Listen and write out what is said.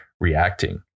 reacting